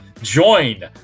Join